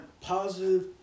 positive